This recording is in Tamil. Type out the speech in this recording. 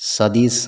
சதீஷ்